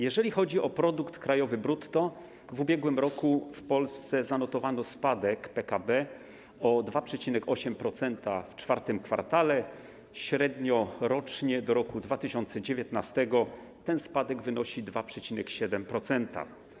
Jeżeli chodzi o produkt krajowy brutto, w ubiegłym roku w Polsce zanotowano spadek PKB o 2,8% w IV kwartale, średnio rocznie w stosunku do roku 2019 ten spadek wynosi 2,7%.